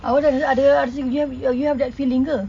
awak ada ada you have that feeling ke